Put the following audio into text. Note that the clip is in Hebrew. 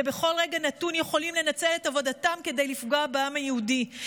שבכל רגע נתון יכולים לנצל את עבודתם כדי לפגוע בעם היהודי,